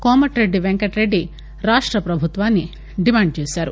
కోమటిరెడ్డి పెంకటరెడ్డి రాష్ట ప్రభుత్వాన్ని డిమాండ్ చేశారు